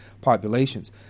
populations